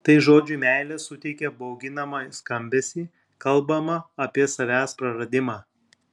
tai žodžiui meilė suteikia bauginamą skambesį kalbama apie savęs praradimą